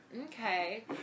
okay